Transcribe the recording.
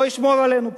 לא ישמור עלינו פה,